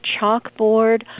chalkboard